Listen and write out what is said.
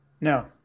No